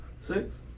six